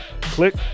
Click